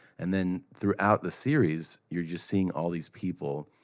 and then throughout the series, you're just seeing all these people.